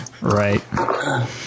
Right